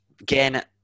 again